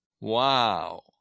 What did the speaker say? Wow